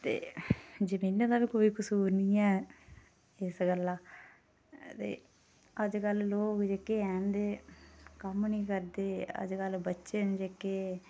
ते जमीनें दा बी कोई कुसूर निं ऐ इस गल्ला ते अजकल जेह्के लोग हैन ते कम्म निं करदे बच्चे हैन जेह्के ते